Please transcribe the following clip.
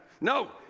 No